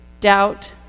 Doubt